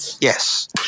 Yes